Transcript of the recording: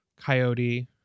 Coyote